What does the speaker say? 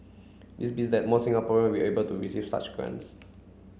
this be that more Singaporean will be able to receive such grants